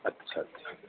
اچھا اچھا